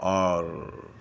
और